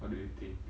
what do you think